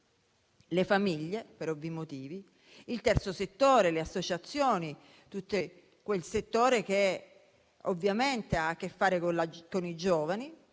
alle famiglie per ovvi motivi, al terzo settore, alle associazioni, a tutto quel settore che ovviamente ha a che fare con i giovani,